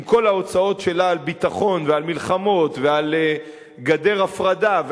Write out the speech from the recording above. עם כל ההוצאות שלה על ביטחון ועל מלחמות ועל גדר הפרדה,